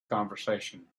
conversation